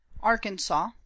Arkansas